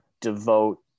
devote